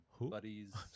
buddies